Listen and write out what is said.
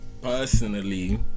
Personally